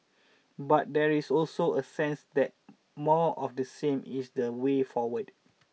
but there is also a sense that more of the same is the way forward